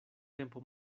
tempo